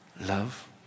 love